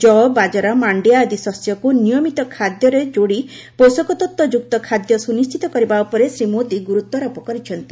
ଯଅ ବାଜରା ମାଣ୍ଡିଆ ଆଦି ଶସ୍ୟକୁ ନିୟମିତ ଖାଦ୍ୟରେ ଯୋଡ଼ି ପୋଷକତତ୍ତ୍ୱ ଯୁକ୍ତ ଖାଦ୍ୟ ସୁନିଶ୍ଚିତ କରିବା ଉପରେ ଶ୍ରୀ ମୋଦୀ ଗୁରୁତ୍ୱାରୋପ କରିଛନ୍ତି